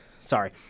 sorry